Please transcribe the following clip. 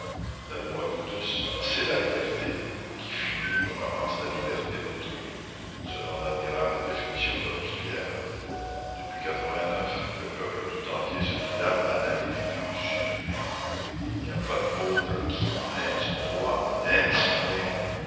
la loi de tous c'est la liberté qui finit où commence la liberté d'autrui selon l'admirable définition de robespierre depuis le peuple tout entier se dilate dans l'individu sublimé il n'y a pas de pauvre qui ayant son droit n'ait son rayon